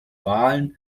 wahlen